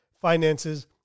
finances